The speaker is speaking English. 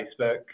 Facebook